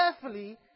carefully